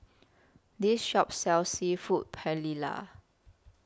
This Shop sells Seafood Paella